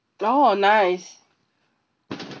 oh nice